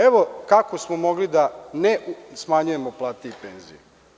Evo kako smo mogli da ne smanjujemo plate i penzije.